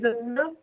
enough